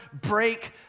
break